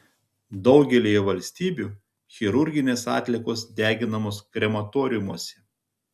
daugelyje valstybių chirurginės atliekos deginamos krematoriumuose